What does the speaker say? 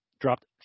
dropped